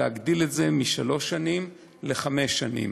להגדיל את העונש משלוש שנים לחמש שנים,